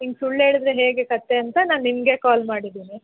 ಹಿಂಗೆ ಸುಳ್ಳು ಹೇಳಿದರೆ ಹೇಗೆ ಕತೆ ಅಂತ ನಾನು ನಿಮಗೆ ಕಾಲ್ ಮಾಡಿದೀನಿ